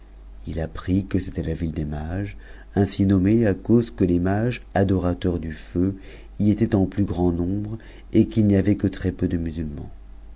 il apprit que c'était la ville des mages ainsi nuiee à cause que les mages adorateurs du feu y étaient en plus mbre et qu'il n'y avait que très-peu de musulmans